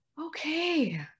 okay